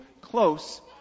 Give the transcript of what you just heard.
close